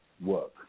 work